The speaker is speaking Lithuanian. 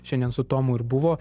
šiandien su tomu ir buvo